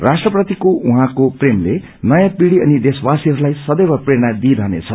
राष्ट्रप्रतिको उहाँको प्रेम नयाँ पीढ़ि अनि देशवासीहरूलाइ सदैव प्रेरणा दिइरहने छ